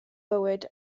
bywyd